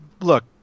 Look